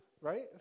right